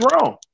wrong